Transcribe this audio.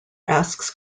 asks